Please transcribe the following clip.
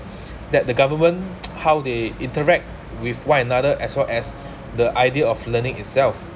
that the government how they interact with one another as well as the idea of learning itself